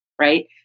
right